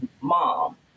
mom